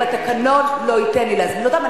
אם התקנון לא ייתן לי להזמין אותם,